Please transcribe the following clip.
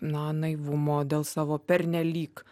na naivumo dėl savo pernelyg